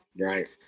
right